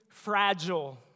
fragile